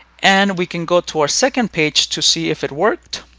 and we can go to our second page to see if it worked.